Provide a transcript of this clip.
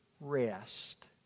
rest